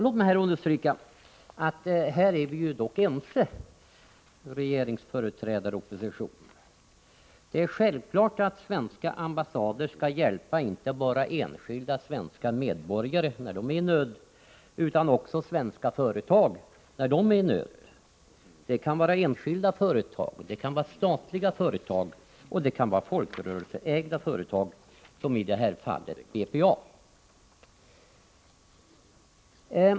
Låt mig understryka att vi här dock är ense, regeringsföreträdare och opposition. Det är självklart att svenska ambassader skall hjälpa inte bara enskilda svenska medborgare när de är i nöd, utan också svenska företag när de är i nöd. Det kan vara enskilda företag, det kan vara statliga företag och det kan vara folkrörelseägda företag, som i det här fallet BPA.